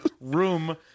room